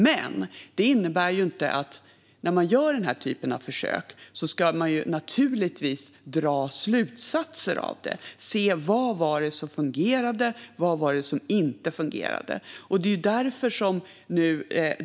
Men när man gör den här typen av försök ska man naturligtvis dra slutsatser av det och se vad som fungerade och inte.